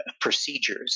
procedures